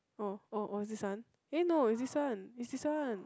oh oh oh this one eh no is this one is this one